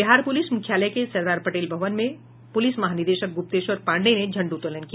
Bihar police मुख्यालय के सरदार पटेल भवन में पुलिस महानिदेशक गुप्तेश्वर पांडे ने झंडोत्तोलन किया